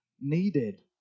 needed